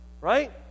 right